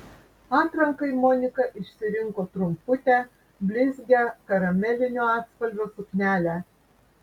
atrankai monika išsirinko trumputę blizgią karamelinio atspalvio suknelę